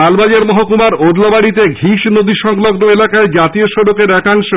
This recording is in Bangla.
মালবাজার মহকুমার ওদলাবাড়িতে ঘিশ নদী সংলগ্ন এলাকায় জাতীয় সড়কের একাংশ